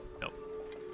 Nope